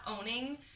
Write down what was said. owning